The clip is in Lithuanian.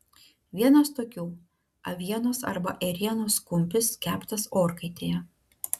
vienas tokių avienos arba ėrienos kumpis keptas orkaitėje